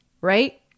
right